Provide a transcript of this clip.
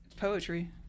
poetry